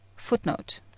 footnote